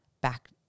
back